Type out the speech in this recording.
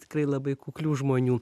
tikrai labai kuklių žmonių